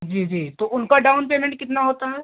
जी जी तो उनका डाउन पैमेंट कितना होता है